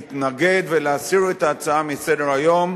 להתנגד ולהסיר את ההצעה מסדר-היום,